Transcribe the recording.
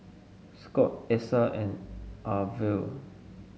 Scot Essa and Arvil